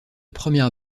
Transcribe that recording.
première